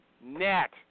net